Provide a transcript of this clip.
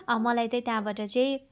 मलाई चाहिँ त्यहाँबाट चाहिँ